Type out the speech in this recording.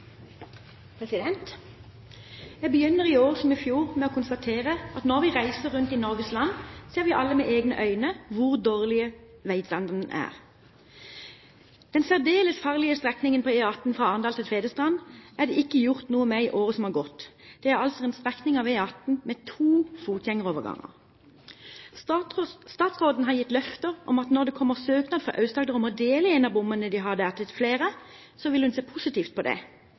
begynner i år, som i fjor, med å konstatere at når vi reiser rundt i Norges land, ser vi alle med egne øyne hvor dårlig veistandarden er. Den særdeles farlige strekningen på E18 fra Arendal til Tvedestrand er det ikke gjort noe med i året som har gått. Dette er altså en strekning av E18 med to fotgjengeroverganger. Statsråden har gitt løfter om at når det kommer søknad fra Aust-Agder om å dele en av bommene de har – fra én til flere – ville hun se positivt på det.